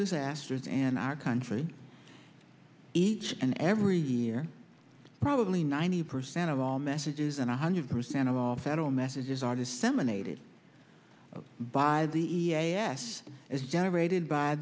disasters and our country each and every year probably ninety percent of all messages and one hundred percent of all federal messages are disseminated by the e a s is generated by